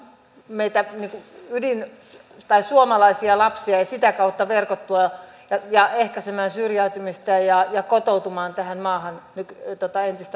meidän veneen tai suomalaisia lapsia ja sitä kautta verkottumaan ja ehkäisemään syrjäytymistä ja kotoutumaan tähän maahan entistä paremmin